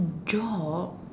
job